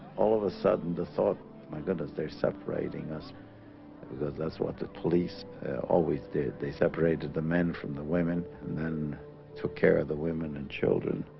all of a sudden the thought my goodness they're separating us because that's what the police always did they separated the men from the women and then took care of the women and children